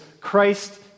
Christ